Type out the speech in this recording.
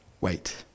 wait